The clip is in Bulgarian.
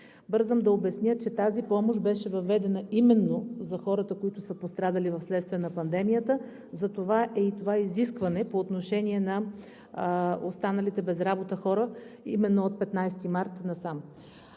Бързам да обясня, че тази помощ беше въведена именно за хората, които са пострадали вследствие на пандемията, затова е и това изискване по отношение на останалите без работа хора – именно от 15 март насам.